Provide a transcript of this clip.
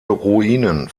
ruinen